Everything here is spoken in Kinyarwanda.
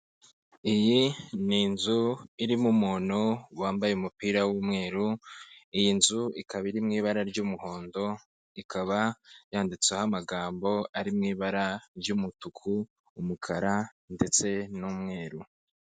Iyi ni inzu irimo umuntu wambaye umupira w'umweru, iyi nzu ikaba iri mu ibara ry'umuhondo ikaba yanditseho amagambo ari mu ibara ry'umutuku, umukara ndetse n'umweru.